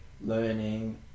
learning